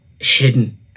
hidden